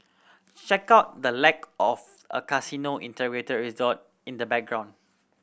check out the lack of a casino integrated resort in the background